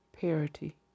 parity